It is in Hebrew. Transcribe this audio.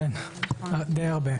כן, די הרבה.